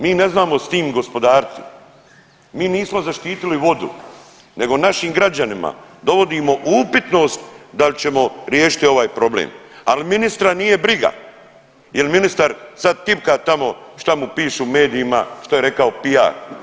Mi ne znamo s tim gospodariti, mi nismo zaštitili vodu nego našim građanima dovodimo upitnost dal ćemo riješiti ovaj problem, al ministra nije briga jel ministar sad tipka tamo šta mu pišu u medijima što je rekao PR.